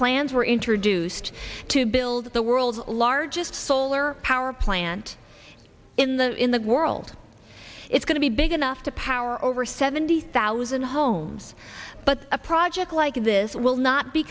plans were introduced to build the world's largest solar power plant in the in the world it's going to be big enough to power over seventy thousand homes but a project like this will not be